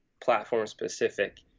platform-specific